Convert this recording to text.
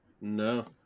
no